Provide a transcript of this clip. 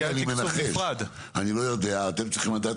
אני מנחש אני לא יודע אתם צריכים לדעת